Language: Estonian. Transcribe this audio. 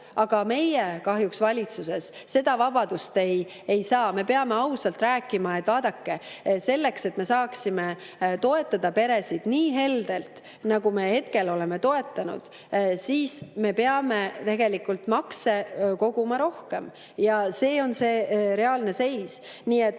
aga meie valitsuses kahjuks seda vabadust ei saa. Me peame ausalt rääkima, et vaadake, selleks et me saaksime toetada peresid nii heldelt, nagu me hetkel oleme toetanud, peame me tegelikult makse koguma rohkem. See on see reaalne seis. Kui me